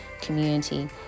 community